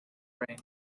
brain